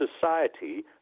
society